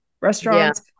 restaurants